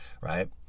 right